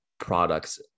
products